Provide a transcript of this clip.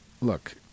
Look